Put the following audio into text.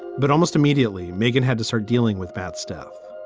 but almost immediately, megan had to start dealing with bad stuff.